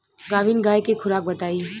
गाभिन गाय के खुराक बताई?